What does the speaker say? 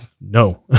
no